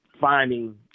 finding